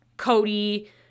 cody